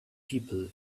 people